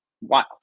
wild